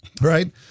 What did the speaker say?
Right